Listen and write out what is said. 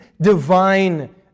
divine